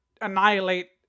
annihilate